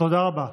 תודה רבה.